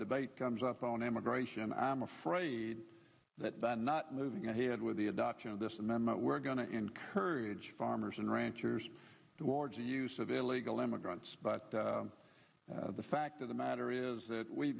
debate comes up on immigration i'm afraid that i'm not moving ahead with the adoption of this amendment we're going to encourage farmers and ranchers towards the use of illegal immigrants but the fact of the matter is that we've